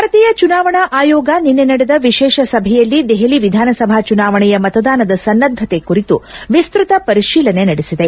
ಭಾರತೀಯ ಚುನಾವಣಾ ಆಯೋಗ ನಿನ್ನೆ ನಡೆದ ವಿಶೇಷ ಸಭೆಯಲ್ಲಿ ದೆಹಲಿ ವಿಧಾನಸಭಾ ಚುನಾವಣೆಯ ಮತದಾನದ ಸನ್ನದ್ದತೆ ಕುರಿತು ವಿಸ್ತ್ವತ ಪರಶೀಲನೆ ನಡೆಸಿದೆ